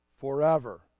forever